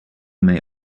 may